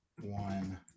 one